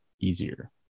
easier